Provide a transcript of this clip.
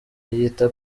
yiyita